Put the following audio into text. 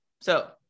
So-